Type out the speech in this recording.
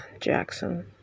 Jackson